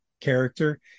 character